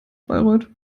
bayreuth